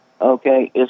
Okay